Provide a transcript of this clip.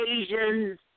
Asians